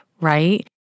right